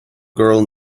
girl